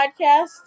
Podcast